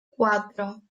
cuatro